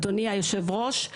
אדוני היושב ראש,